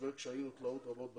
עובר קשיים ותלאות רבות בדרך,